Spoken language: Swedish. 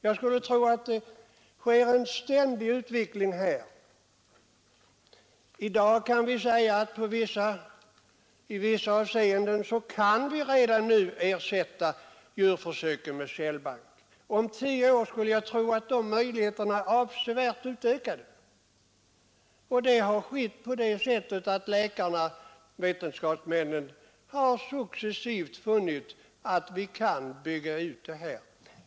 Jag skulle tro att det sker en ständig utveckling på det här området. I vissa avseenden kan vi redan nu ersätta försöksdjur med cellkulturer. Jag skulle tro att de möjligheterna om tio år är avsevärt utökade. Läkarna och vetenskapsmännen har successivt funnit att vi kan bygga ut denna verksamhet.